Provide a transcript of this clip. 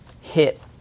hit